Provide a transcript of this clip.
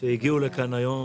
שהגיעו לכאן היום,